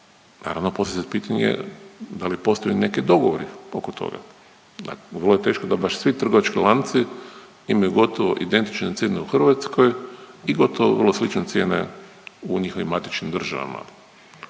naravno postavlja se pitanje da li postoje neki dogovori oko toga? Da, vrlo je teško da baš svi trgovački lanci imaju gotovo identične cijene u Hrvatskoj i gotovo vrlo slične cijene u njihovim matičnim državama